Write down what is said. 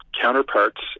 counterparts